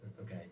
Okay